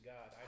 God